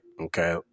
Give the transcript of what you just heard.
okay